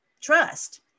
trust